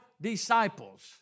disciples